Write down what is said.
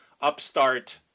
upstart